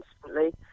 constantly